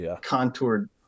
contoured